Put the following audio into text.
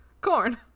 corn